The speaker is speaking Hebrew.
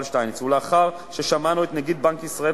שטייניץ ולאחר ששמענו את נגיד בנק ישראל,